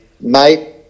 mate